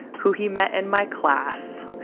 who he met in my class.